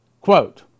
Quote